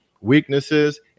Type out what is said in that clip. weaknesses